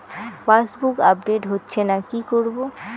Passbook update হচ্ছেনা কি করবো?